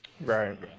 right